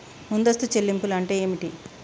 ముందస్తు చెల్లింపులు అంటే ఏమిటి?